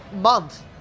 month